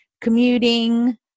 commuting